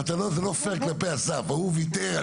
אבל זה לא פייר כלפי אסף, ההוא ויתר על שלו.